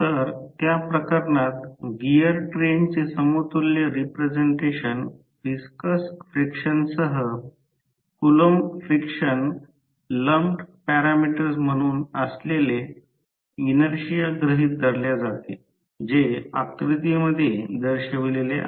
तर त्या प्रकरणात गिअर ट्रेनचे समतुल्य रिप्रेझेंटेशन व्हिस्कस फ्रिक्शनसह कुलॉंम फ्रिक्शन लंम्पड पॅरामीटर्स म्हणून असलेले इनर्शिया गृहीत धरल्या जाते जे आकृतीमध्ये दर्शविलेले आहे